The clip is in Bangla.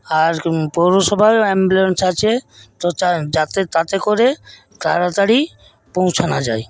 আর পৌরসভার অ্যাম্বুলেন্স আছে যাতে তাতে করে তাড়াতাড়ি পৌঁছানো যায়